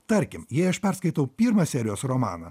tarkim jei aš perskaitau pirmą serijos romaną